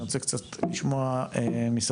אני רוצה קצת לשמוע מסביב.